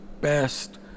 best